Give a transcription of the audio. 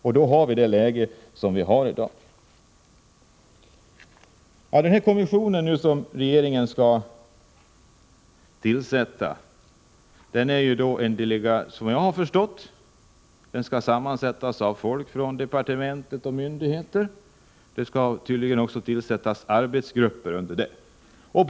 Därför har vi det läge som vi har i dag. Den kommission som regeringen nu skall tillsätta är en delegation, som jag har förstått det, sammansatt av representanter för departement och myndigheter. Det skall tydligen också tillsättas arbetsgrupper under kommissionen.